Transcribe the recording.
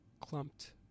clumped